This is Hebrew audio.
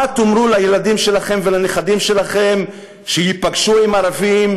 מה תאמרו לילדים שלכם ולנכדים שלכם כשייפגשו עם ערבים,